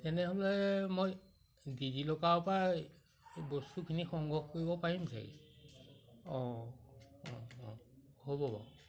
তেনেহ'লে মই ডিজিলকাৰৰ পৰা বস্তুখিনি সংগ্ৰহ কৰিব পাৰিম চাগৈ অঁ অঁ অঁ হ'ব বাৰু